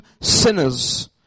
sinners